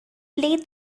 play